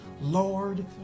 Lord